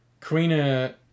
Karina